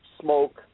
smoke